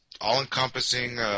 all-encompassing